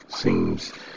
seems